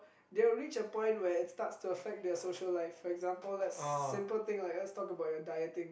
they will reach a point where it starts to affect their social life for example lets simple thing like let's talk about your dieting